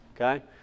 okay